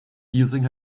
using